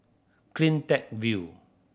Cleantech View